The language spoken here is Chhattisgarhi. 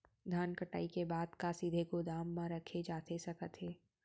धान कटाई के बाद का सीधे गोदाम मा रखे जाथे सकत हे?